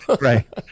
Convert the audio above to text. right